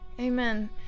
Amen